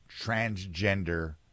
transgender